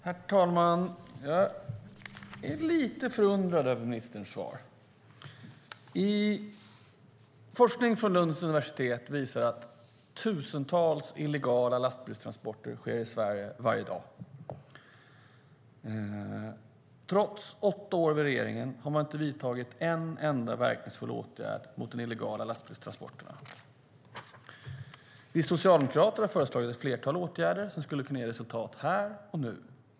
Herr talman! Jag är lite förundrad över ministerns svar. Forskning från Lunds universitet visar att tusentals illegala lastbilstransporter sker i Sverige varje dag. Trots åtta år vid makten har regeringen inte vidtagit en enda verkningsfull åtgärd mot de illegala lastbilstransporterna. Vi socialdemokrater har föreslagit ett flertal åtgärder som skulle kunna ge resultat här och nu.